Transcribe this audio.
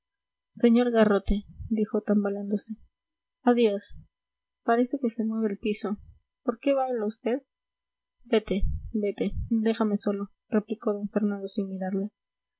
sr garrote dijo tambaleándose adiós parece que se mueve el piso por qué baila vd vete vete déjame solo replicó d fernando sin mirarle